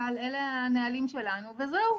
אלה הנהלים שלנו.." וזהו,